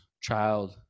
child